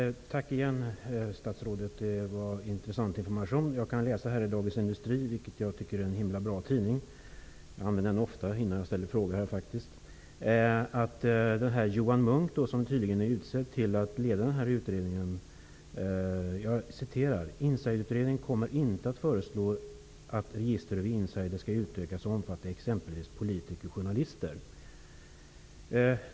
Fru talman! Än en gång tack, statsrådet! Det var intressant information. Dagens industri tycker jag är en himla bra tidning. Jag använder mig faktiskt ofta av den innan jag ställer frågor här. I Dagens industri kan jag läsa om Johan Munck, som tydligen är utsedd att leda den här utredningen. Han säger: ''Insiderutredningen kommer inte att föreslå att registret över insiders ska utökas och omfatta exempelvis politiker och journalister.''